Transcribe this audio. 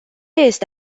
este